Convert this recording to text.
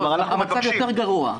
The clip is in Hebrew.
איל, המצב יותר גרוע.